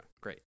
Great